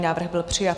Návrh byl přijat.